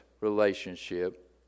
relationship